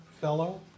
Fellow